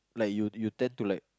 like you'd you'd tend to like